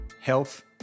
health